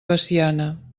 veciana